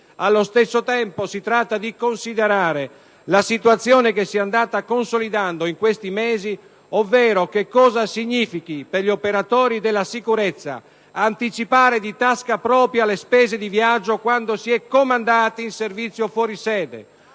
Allo stesso tempo si tratta di considerare la situazione che si è andata consolidando in questi mesi, ovvero che cosa significhi per gli operatori della sicurezza anticipare di tasca propria le spese di viaggio quando si è comandati in servizio fuori sede,